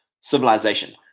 civilization